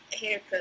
haircut